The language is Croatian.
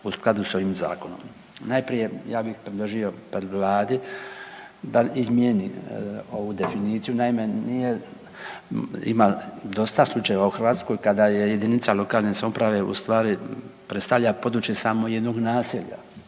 u skladu s ovim zakonom. Najprije ja bih predložio vladi da izmijeni ovu definiciju. Naime, ima dosta slučajeva u Hrvatskoj kada JLS u stvari predstavlja područje samo jednog naselja.